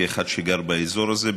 כאחד שגר באזור הזה,